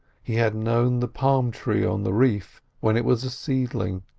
he had known the palm tree on the reef when it was a seedling,